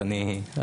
אז אני אתמצת.